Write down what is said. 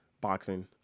boxing